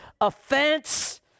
offense